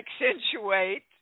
accentuate